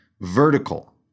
vertical